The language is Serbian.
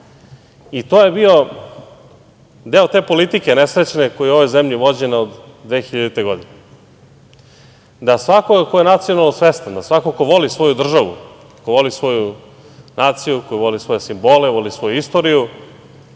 je bio deo te nesrećne politike koja je u ovoj zemlji vođena od 2000. godine, da svako ko je nacionalno svestan, da svako ko voli svoju državu, ko voli svoju naciju, voli svoje simbole, svoju istoriju,